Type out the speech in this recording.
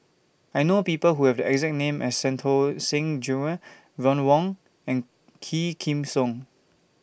I know People Who Have The exact name as Santokh Singh Grewal Ron Wong and Quah Kim Song